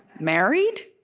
married?